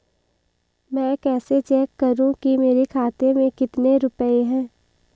मैं कैसे चेक करूं कि मेरे खाते में कितने रुपए हैं?